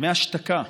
דמי השתקה,